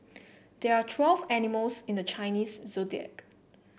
there are twelve animals in the Chinese Zodiac